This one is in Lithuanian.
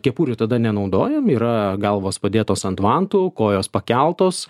kepurių tada nenaudojam yra galvos padėtos ant vantų kojos pakeltos